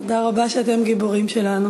תודה רבה שאתם גיבורים שלנו.